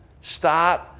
start